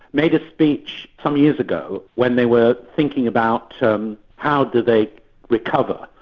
made a speech some years ago when they were thinking about how did they recover,